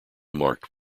marked